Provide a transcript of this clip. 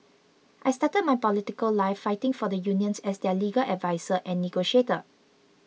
I started my political life fighting for the unions as their legal adviser and negotiator